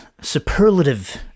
superlative